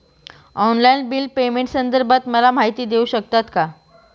Online bill पेमेंटसंदर्भात मला माहिती देऊ शकतात का?